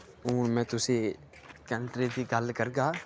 हून में तुसेंगी कंट्री दी गल्ल करगा